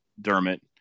Dermot